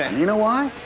you know why